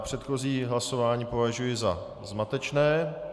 Předchozí hlasování považuji za zmatečné.